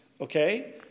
Okay